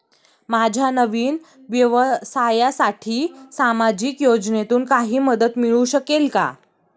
माझ्या नवीन व्यवसायासाठी सामाजिक योजनेतून काही मदत मिळू शकेल का?